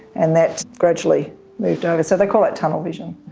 and that gradually moved over, so they call it tunnel vision.